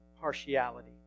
partiality